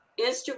Instagram